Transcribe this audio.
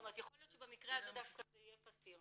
יכול להיות שבמקרה הזה דווקא זה יהיה פתיר.